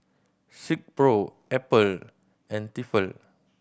Silkpro Apple and Tefal